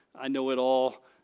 I-know-it-all